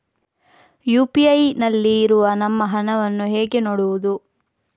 UPI ನಲ್ಲಿ ಇರುವ ನಮ್ಮ ಹಣವನ್ನು ಹೇಗೆ ನೋಡುವುದು?